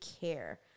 care